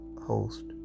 host